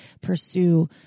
pursue